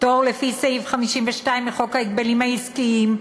פטור לפי סעיף 52 לחוק ההגבלים העסקיים,